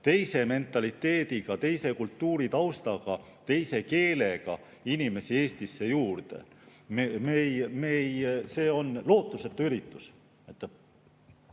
teise mentaliteediga, teise kultuuritaustaga, teise keelega inimesi Eestisse juurde? See on lootusetu üritus.